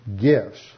gifts